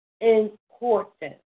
important